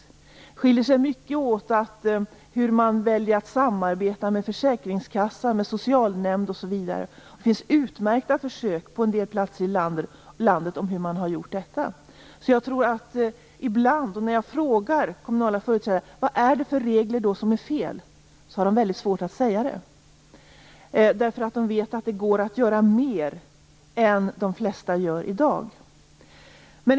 Det skiljer sig mycket åt i hur man väljer att samarbeta med försäkringskassa, socialnämnd osv. Det finns utmärkta försök på en del platser i landet på hur man har gjort detta. När jag ibland frågar kommunala företrädare vad det är som är fel i reglerna har de väldigt svårt att svara, därför att de vet att det går att göra mer än de flesta gör i dag.